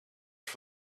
for